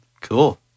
Cool